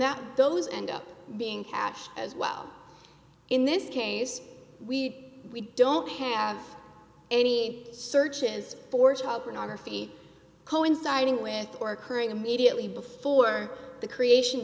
that those end up being hatched as well in this case we don't have any searches for child pornography coinciding with or occurring immediately before the creation